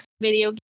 video